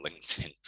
linkedin